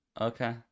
Okay